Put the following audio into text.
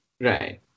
Right